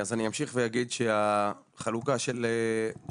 אז אני אמשיך ואגיד שהחלוקה של השוטרים